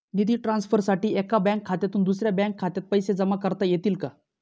निधी ट्रान्सफरसाठी एका बँक खात्यातून दुसऱ्या बँक खात्यात पैसे जमा करता येतील का?